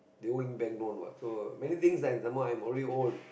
they owe me bank loan what so many things what and some more I'm already old